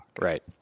Right